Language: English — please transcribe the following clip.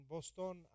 Boston